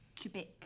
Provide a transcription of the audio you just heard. Quebec